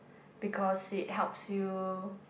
because it helps you